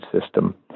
system